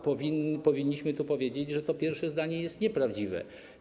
Powinniśmy więc powiedzieć, że to pierwsze zdanie jest nieprawdziwe.